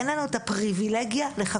אין לנו את הפריבילגיה לחכות.